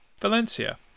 Valencia